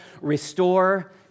restore